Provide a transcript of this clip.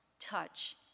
touch